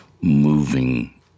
moving